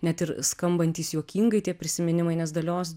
net ir skambantys juokingai tie prisiminimai nes dalios